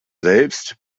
selbst